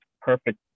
Perfect